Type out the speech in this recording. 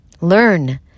Learn